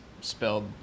spelled